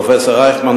פרופסור רייכמן,